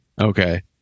Okay